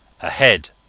AHEAD